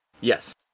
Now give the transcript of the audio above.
Yes